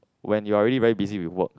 when you are already very busy with work